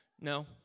No